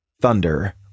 Thunder